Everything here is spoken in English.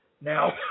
Now